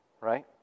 Right